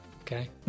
Okay